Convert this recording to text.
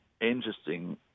interesting